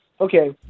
okay